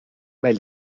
weil